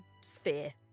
sphere